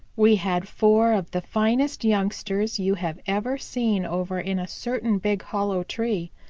we had four of the finest youngsters you have ever seen over in a certain big hollow tree.